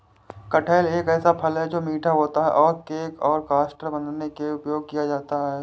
कटहल एक ऐसा फल है, जो मीठा होता है और केक और कस्टर्ड बनाने के लिए उपयोग किया जाता है